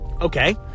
Okay